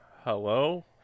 hello